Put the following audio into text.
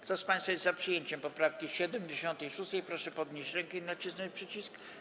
Kto z państwa jest za przyjęciem poprawki 76., proszę podnieść rękę i nacisnąć przycisk.